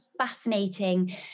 fascinating